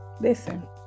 listen